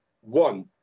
One